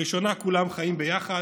בראשונה כולם חיים ביחד,